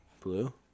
Blue